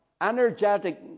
energetic